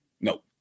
no